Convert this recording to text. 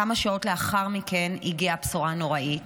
כמה שעות לאחר מכן הגיעה הבשורה הנוראית,